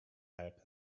help